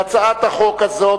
להצעת החוק הזאת,